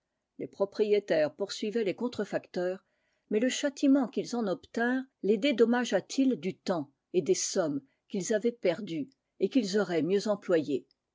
les propriétaires poursuivaient les contrefacteurs mais le châtiment qu'ils en obtinrent les dédommagea t il du temps et des sommes qu'ils avaient perdus et qu'ils auraient mieux employés